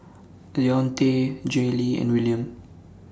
Deonte Jaylee and Wiliam